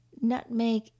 Nutmeg